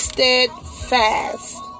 Steadfast